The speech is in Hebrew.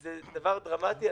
זה דבר דרמטי.